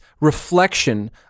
reflection